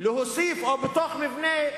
ולהוסיף ביטוח מבנה.